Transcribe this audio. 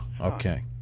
Okay